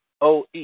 OE